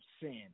sin